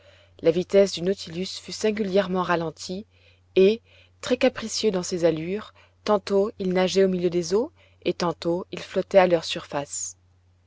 la vitesse du nautilus fut singulièrement ralentie et très capricieux dans ses allures tantôt il nageait au milieu des eaux et tantôt il flottait à leur surface